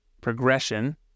progression